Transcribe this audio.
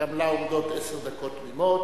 שגם לה עומדות עשר דקות תמימות,